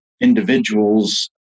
individuals